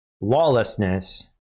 lawlessness